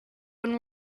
when